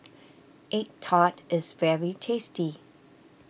Egg Tart is very tasty